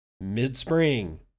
mid-spring